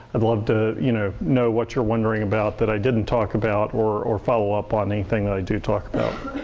i'd love to, you know, know what you're wondering about that i didn't talk about or or follow up on anything that i do talk about.